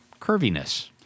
curviness